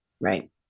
Right